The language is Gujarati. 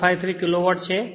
153 કિલોવોટ છે